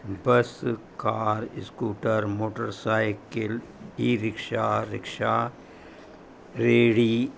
बस car scooter motorcycle e rickshaw rickshaw रेड़ी